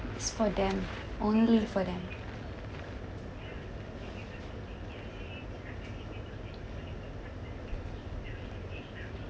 it's for them only for them